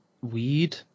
weed